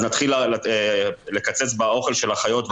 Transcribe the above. אז נתחיל לקצץ באוכל של החיות,